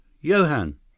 Johan